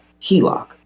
HELOC